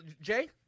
Jay